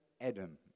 Adam